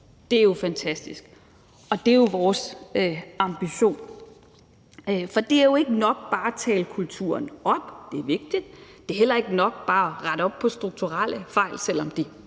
Det er jo fantastisk – og det er vores ambition. Det er jo ikke nok bare at tale kulturen op – det er vigtigt – det er heller ikke nok bare at rette op på strukturelle fejl, selv om det